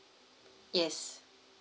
yes